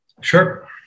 Sure